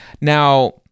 Now